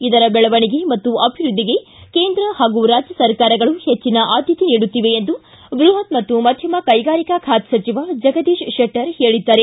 ಇದರ ಬೆಳವಣಿಗೆ ಮತ್ತು ಅಭಿವೃದ್ಧಿಗೆ ಕೇಂದ್ರ ಹಾಗೂ ರಾಜ್ಯ ಸರ್ಕಾರಗಳು ಹೆಟ್ಟನ ಆದ್ಯತೆ ನೀಡುತ್ತಿವೆ ಎಂದು ಬೃಪತ್ ಮತ್ತು ಮಧ್ಯಮ ಕೈಗಾರಿಕಾ ಖಾತೆ ಸಚಿವ ಜಗದೀಶ್ ಶೆಟ್ಟರ್ ತಿಳಿಸಿದ್ದಾರೆ